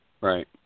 right